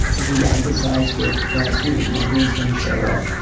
we advertised it, but we didn't know who was going to show up,